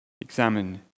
Examine